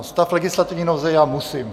Stav legislativní nouze já musím.